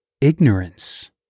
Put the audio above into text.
ignorance